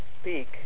speak